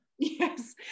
yes